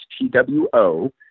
T-W-O